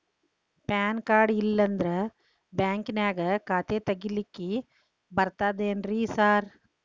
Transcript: PAN card ಇಲ್ಲಂದ್ರ ಬ್ಯಾಂಕಿನ್ಯಾಗ ಖಾತೆ ತೆಗೆಲಿಕ್ಕಿ ಬರ್ತಾದೇನ್ರಿ ಸಾರ್?